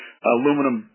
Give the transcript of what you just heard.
aluminum